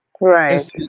Right